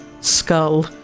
skull